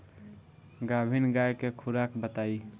गाभिन गाय के खुराक बताई?